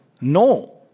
No